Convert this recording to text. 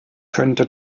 könnte